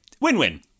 Win-win